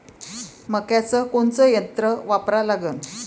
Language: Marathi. मक्याचं कोनचं यंत्र वापरा लागन?